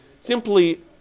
simply